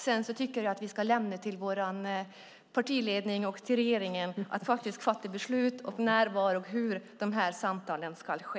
Sedan tycker jag att vi ska lämna till vår partiledning och till regeringen att fatta beslut om när, var och hur de här samtalen ska ske.